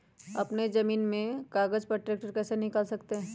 अपने जमीन के कागज पर ट्रैक्टर कैसे निकाल सकते है?